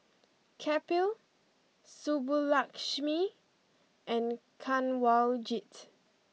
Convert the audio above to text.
Kapil Subbulakshmi and Kanwaljit